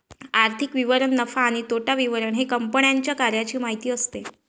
आर्थिक विवरण नफा आणि तोटा विवरण हे कंपन्यांच्या कार्याची माहिती असते